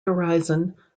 horizon